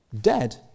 dead